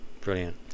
Brilliant